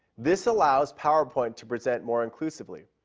this allows powerpoint to present more inclusively.